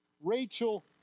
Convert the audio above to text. Rachel